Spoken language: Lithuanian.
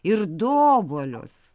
ir du obuolius